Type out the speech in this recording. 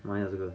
什么来的这个